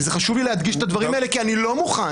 זה חשוב לי להדגיש את הדברים האלה כי אני לא מוכן